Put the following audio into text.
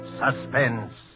suspense